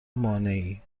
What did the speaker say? مانعی